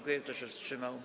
Kto się wstrzymał?